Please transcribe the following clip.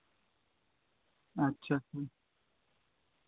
ᱟᱪᱪᱷᱟ ᱦᱮᱸ